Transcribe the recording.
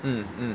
mm mm